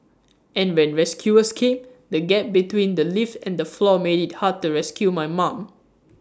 and when rescuers came the gap between the lift and the floor made IT hard to rescue my mum